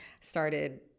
Started